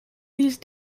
these